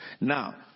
Now